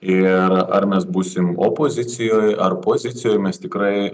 ir ar mes būsim opozicijoj ar pozicijoj mes tikrai